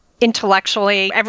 intellectually